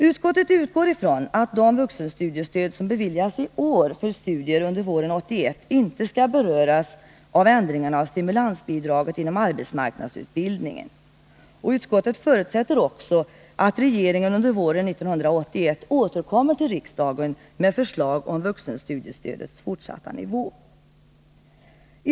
Utskottet utgår ifrån att de vuxenstudiestöd som beviljas i år för studier under våren 1981 inte skall beröras av ändringarna av stimulansbidraget inom arbetsmarknadsutbildningen. Utskottet förutsätter också att regeringen under våren 1981 återkommer till riksdagen med förslag om vuxenstudiestödets fortsatta nivå.